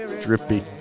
Drippy